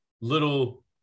little